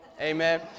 Amen